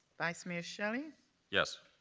vice mayor shelley yes.